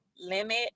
limit